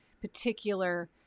particular